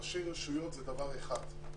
ראשי רשויות זה דבר אחד,